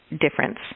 difference